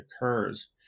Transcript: occurs